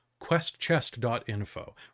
questchest.info